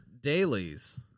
dailies